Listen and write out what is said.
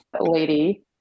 lady